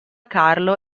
carlo